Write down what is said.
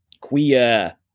queer